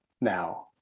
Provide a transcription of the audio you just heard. now